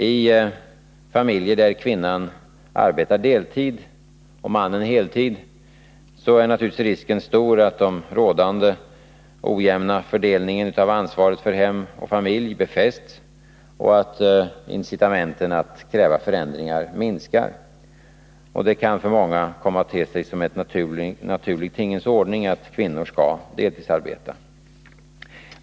I familjer där kvinnan arbetar deltid och mannen heltid är risken naturligtvis stor att den rådande ojämna fördelningen av ansvaret för hem och familj befästs och att incitamenten att kräva förändringar minskar. Det kan för många komma att te sig som en naturlig tingens ordning att kvinnor skall deltidsarbeta.